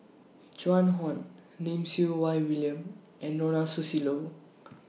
Joan Hon Lim Siew Wai William and Ronald Susilo